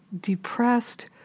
depressed